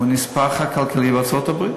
הוא הנספח הכלכלי בארצות-הברית.